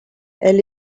elle